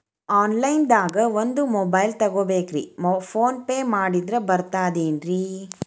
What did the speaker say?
Online ದಾಗ ಒಂದ್ mobile ತಗೋಬೇಕ್ರಿ ಫೋನ್ ಪೇ ಮಾಡಿದ್ರ ಬರ್ತಾದೇನ್ರಿ?